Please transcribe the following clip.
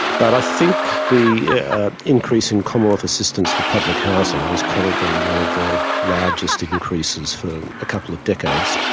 but i think the increase in commonwealth assistance for public housing was probably one of the largest increases for a couple of decades.